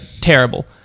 terrible